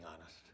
honest